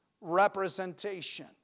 representation